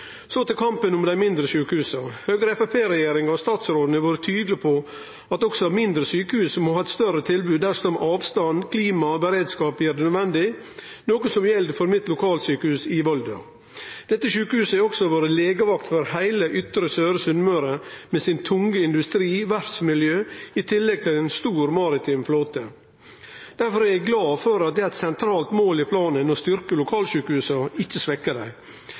Så til kampen om dei mindre sjukehusa: Høgre–Framstegsparti-regjeringa og statsråden har vore tydelege på at også mindre sjukehus må ha eit større tilbod dersom avstand, klima og beredskap gjer det nødvendig, noko som gjeld for mitt lokalsjukehus i Volda. Dette sjukehuset har også vore legevakt for heile Ytre Søre Sunnmøre med sine tunge industri- og verftsmiljø i tillegg til ein stor maritim flåte. Difor er eg glad for at det er eit sentralt mål i planen å styrkje lokalsjukehusa, ikkje svekkje dei.